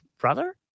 brother